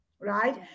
right